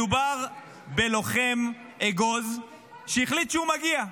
מדובר בלוחם אגוז שהחליט שהוא מגיע.